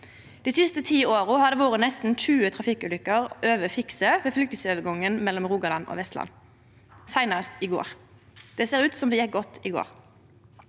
Dei siste ti åra har det vore nesten 20 trafikkulykker over Fikse ved fylkesovergangen mellom Rogaland og Vestland, seinast i går. Det ser ut som det gjekk godt i går.